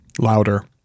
Louder